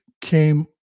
came